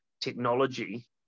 technology